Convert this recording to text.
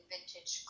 vintage